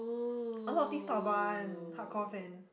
a lot of things talk about one hardcore fan